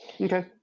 Okay